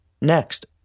Next